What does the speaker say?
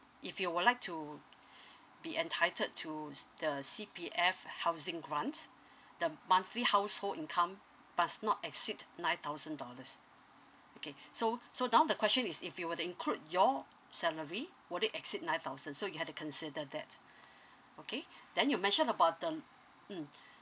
if you would like to be entitled to s~ the C_P_F housing grant the monthly household income must not exceed nine thousand dollars okay so so now the question is if you were to include your salary would it exceed nine thousand so you have to consider that okay then you mentioned about the l~ mm